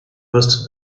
postes